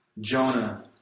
Jonah